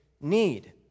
need